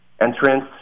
entrance